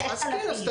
6,000,